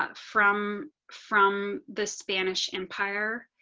ah from from the spanish empire.